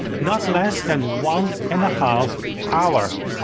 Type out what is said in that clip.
not less than one and a half hour,